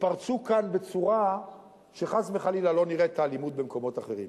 יתפרצו כאן בצורה שחס וחלילה לא נראה את האלימות במקומות אחרים.